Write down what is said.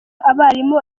abarimu